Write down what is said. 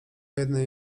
jednej